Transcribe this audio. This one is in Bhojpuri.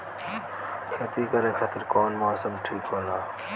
खेती करे खातिर कौन मौसम ठीक होला?